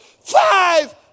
five